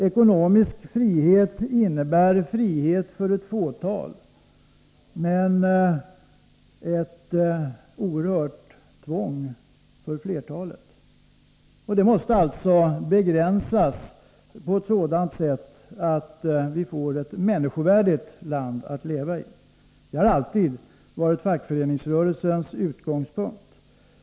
Ekonomisk frihet innebär frihet för ett fåtal, men ett oerhört tvång för flertalet. Det måste alltså ske en begränsning på ett sådant sätt att vi får ett människovärdigt land att leva i. Detta har alltid varit fackföreningsrörelsens utgångspunkt.